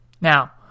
Now